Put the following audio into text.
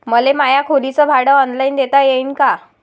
मले माया खोलीच भाड ऑनलाईन देता येईन का?